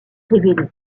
révélé